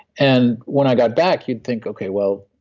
and when i got back you'd think, okay, well,